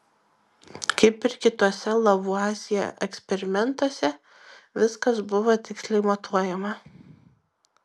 kaip ir kituose lavuazjė eksperimentuose viskas buvo tiksliai matuojama